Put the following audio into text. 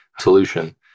solution